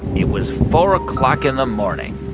it was four o'clock in the morning.